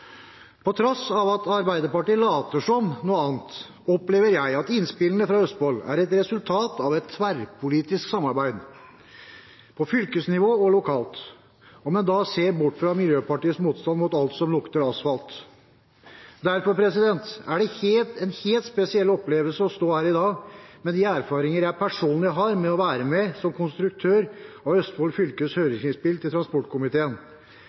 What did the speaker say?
Til tross for at Arbeiderpartiet later som noe annet, opplever jeg at innspillene fra Østfold er et resultat av et tverrpolitisk samarbeid på fylkesnivå og lokalt – om en da ser bort fra Miljøpartiet De Grønnes motstand mot alt som lukter asfalt. Derfor er det en helt spesiell opplevelse å stå her i dag, med de erfaringene jeg personlig har med å være med som konstruktør av Østfold fylkes høringsinnspill til transportkomiteen,